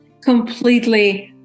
completely